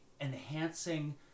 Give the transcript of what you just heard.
enhancing